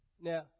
Now